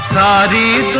so da da